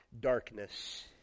darkness